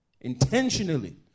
intentionally